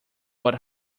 but